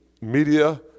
media